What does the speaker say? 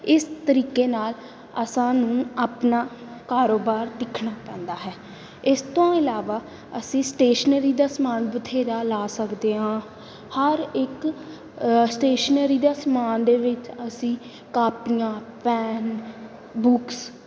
ਇਸ ਤਰੀਕੇ ਨਾਲ ਅਸਾਂ ਨੂੰ ਆਪਣਾ ਕਾਰੋਬਾਰ ਦੇਖਣਾ ਪੈਂਦਾ ਹੈ ਇਸ ਤੋਂ ਇਲਾਵਾ ਅਸੀਂ ਸਟੇਸ਼ਨਰੀ ਦਾ ਸਮਾਨ ਬਥੇਰਾ ਲਾ ਸਕਦੇ ਹਾਂ ਹਰ ਇੱਕ ਸਟੇਸ਼ਨਰੀ ਦਾ ਸਮਾਨ ਦੇ ਵਿੱਚ ਅਸੀਂ ਕਾਪੀਆਂ ਪੈਨ ਬੁੱਕਸ